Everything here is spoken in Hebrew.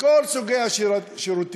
מכל סוגי השירותים,